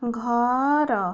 ଘର